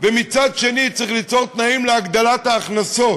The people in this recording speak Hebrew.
ומצד שני צריך ליצור תנאים להגדלת ההכנסות.